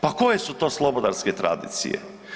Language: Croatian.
Pa koje su to slobodarske tradicije?